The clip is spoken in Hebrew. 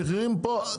המחירים פה,